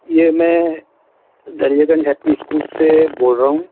یہ میں Daryaganj happy school سے بول رہا ہوں